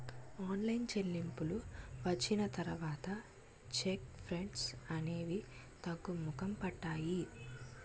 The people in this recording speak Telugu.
ఆన్లైన్ చెల్లింపులు వచ్చిన తర్వాత చెక్ ఫ్రాడ్స్ అనేవి తగ్గుముఖం పట్టాయి